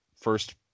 first